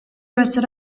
hoisted